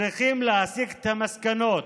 צריכים להסיק את המסקנות,